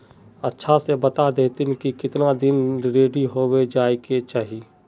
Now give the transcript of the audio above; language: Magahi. अच्छा से बता देतहिन की कीतना दिन रेडी होबे जाय के चही?